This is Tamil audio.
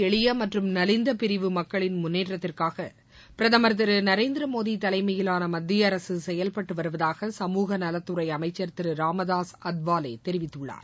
எளிய மற்றும் நலிந்த பிரிவு மக்களின் முன்னேற்றத்திற்காக பிரதமர் திரு நரேந்திர மோடி தலைமையிலான மத்திய அரசு செயல்பட்டு வருவதாக சமூக நலத்துறை அமைச்சர் திரு ராமதாஸ் அத்வாலே தெரிவித்துள்ளார்